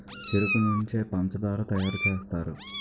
చెరుకు నుంచే పంచదార తయారు సేస్తారు